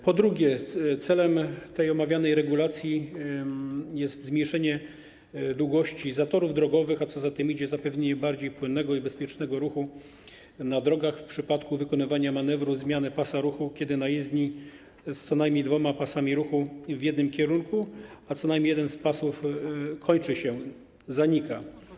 Po drugie, celem omawianej regulacji jest zmniejszenie długości zatorów drogowym, a co za tym idzie - zapewnienie bardziej płynnego i bezpiecznego ruchu na drogach w przypadku wykonywania manewru zmiany pasa ruchu na jezdni z co najmniej dwoma pasami ruchu w jednym kierunku, gdy jeden z pasów kończy się, zanika.